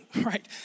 right